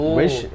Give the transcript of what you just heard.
wish